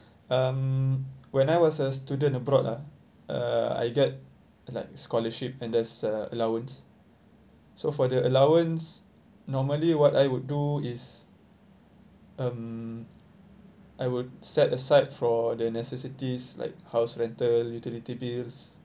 um when I was a student abroad ah uh I get like scholarship and there's a allowance so for the allowance normally what I would do is um I would set aside for the necessities like house rental utility bills